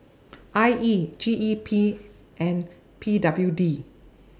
I E G E P and P W D